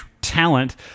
talent